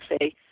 say